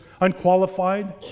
unqualified